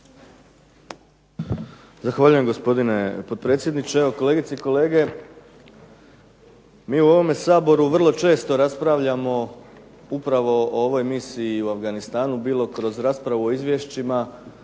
Zahvaljujem gospodine potpredsjedniče. Evo kolegice i kolege mi u ovome Saboru vrlo često raspravljamo o ovoj misiji u Afganistanu bilo kroz raspravu o izvješćima,